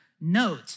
note